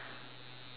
okay